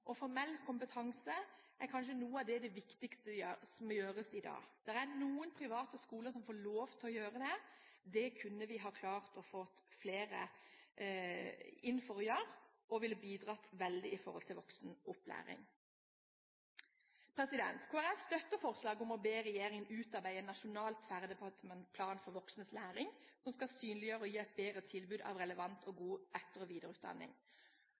og formell kompetanse, er kanskje det noe av det viktigste som gjøres i dag. Det er noen private skoler som får lov til å gjøre det. Det kunne vi ha klart å få flere til å gjøre, som ville bidratt veldig i forhold til voksenopplæring. Kristelig Folkeparti støtter forslaget om å be regjeringen utarbeide en nasjonal tverrdepartemental plan for voksnes læring som skal synliggjøre og gi et bedre tilbud av relevant og god etter- og videreutdanning.